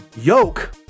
yoke